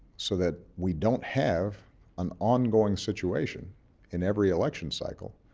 so that we don't have an ongoing situation in every election cycle